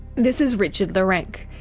this is richard lorenc.